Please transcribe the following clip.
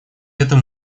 этом